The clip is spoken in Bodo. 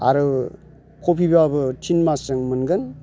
आरो कपिबाबो थिन मासजों मोनगोन